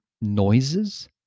noises